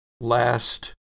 last